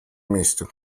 месте